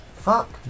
Fuck